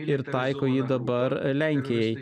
ir taiko jį dabar lenkijai